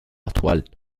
actual